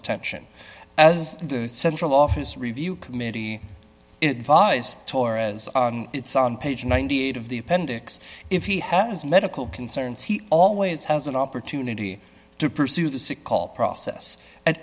attention as the central office review committee torres on it's on page ninety eight of the appendix if he has medical concerns he always has an opportunity to pursue the sick call process at